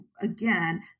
again